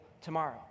tomorrow